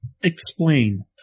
explain